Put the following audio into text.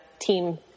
team